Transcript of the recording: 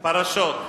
פרשות.